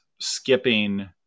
skipping